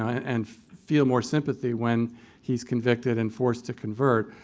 and feel more sympathy when he's convicted and forced to convert.